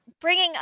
Bringing